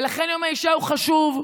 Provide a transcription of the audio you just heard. ולכן יום האישה הוא חשוב,